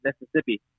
Mississippi